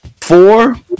four